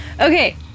Okay